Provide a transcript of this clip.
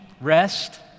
rest